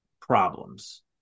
problems